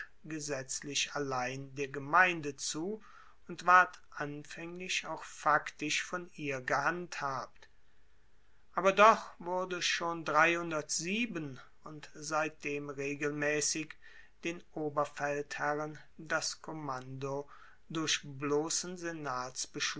gesetzlich allein der gemeinde zu und ward anfaenglich auch faktisch von ihr gehandhabt aber doch wurde schon und seitdem regelmaessig den oberfeldherren das kommando durch blossen